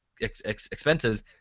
expenses